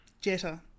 Jetta